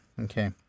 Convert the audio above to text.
Okay